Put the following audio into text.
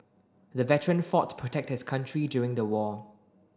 the veteran fought to protect his country during the war